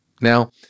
Now